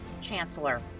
Chancellor